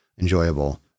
enjoyable